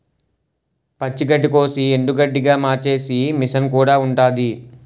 పచ్చి గడ్డికోసి ఎండుగడ్డిగా మార్చేసే మిసన్ కూడా ఉంటాది